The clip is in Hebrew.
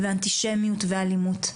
ואנטישמיות ואלימות.